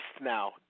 now